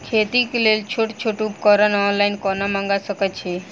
खेतीक लेल छोट छोट उपकरण ऑनलाइन कोना मंगा सकैत छी?